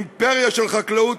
אימפריה של חקלאות,